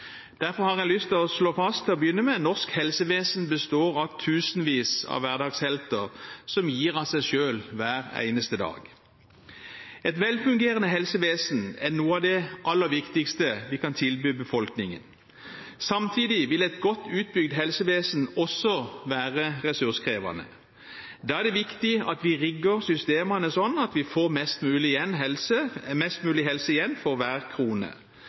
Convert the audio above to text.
Derfor har jeg lyst til å slå fast til å begynne med: Norsk helsevesen består av tusenvis av hverdagshelter som gir av seg selv hver eneste dag. Et velfungerende helsevesen er noe av det aller viktigste vi kan tilby befolkningen. Samtidig vil et godt utbygd helsevesen også være ressurskrevende. Da er det viktig at vi rigger systemene slik at vi får mest mulig helse igjen for hver krone,